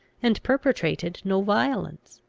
and perpetrated no violence?